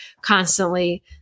constantly